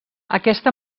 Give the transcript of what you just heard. aquesta